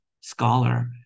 scholar